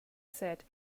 said